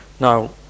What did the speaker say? Now